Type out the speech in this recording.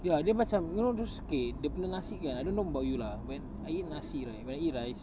ya dia macam you know those okay dia punya nasi kan I don't know about you lah when I eat nasi right when I eat rice